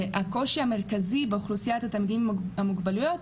והקושי המרכזי באוכלוסיית התלמידים עם המוגבלויות